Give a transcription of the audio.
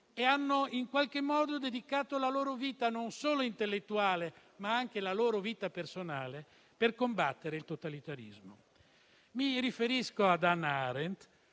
e hanno in qualche modo dedicato la loro vita, non solo intellettuale ma anche personale, per combattere il totalitarismo. Mi riferisco ad Hannah Arendt,